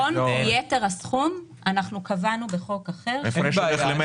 כל יתר הסכום, אנחנו קבענו בחוק אחר שיועבר למטרו.